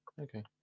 Okay